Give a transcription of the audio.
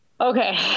Okay